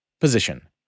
position